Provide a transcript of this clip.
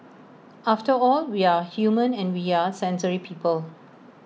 after all we are human and we are sensory people